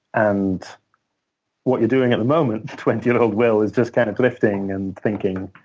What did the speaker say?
and what you're doing at the moment, twenty year old will, is just kind of drifting and thinking,